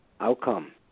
outcome